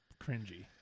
cringy